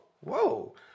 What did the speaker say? whoa